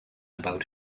about